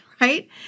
right